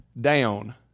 down